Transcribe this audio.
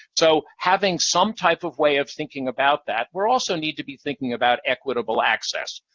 so having some type of way of thinking about that. we'll also need to be thinking about equitable access,